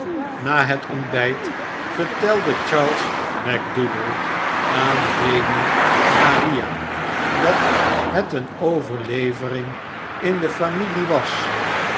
na het ontbyt vertelde charles macdoodle aan lady maria dat het een overlevering in de familie was